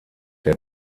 der